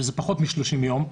שזה פחות מ-30 יום.